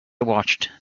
watched